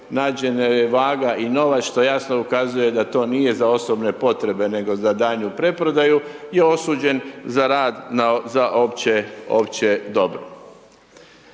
nađena je vaga i novac, što jasno ukazuje da to nije za osobne potrebe, nego za daljnju preprodaju, je osuđen za rad za opće dobro.